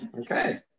Okay